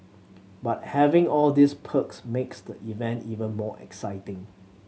but having all these perks makes the event even more exciting